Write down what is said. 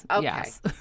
Yes